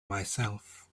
myself